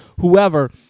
whoever